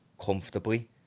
Comfortably